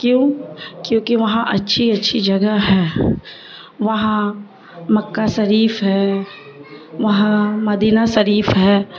کیوں کیونکہ وہاں اچھی اچھی جگہ ہے وہاں مکہ شریف ہے وہاں مدینہ شریف ہے